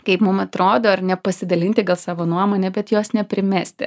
kaip mum atrodo ar ne pasidalinti gal savo nuomone bet jos neprimesti